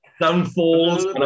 Downfalls